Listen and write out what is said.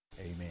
amen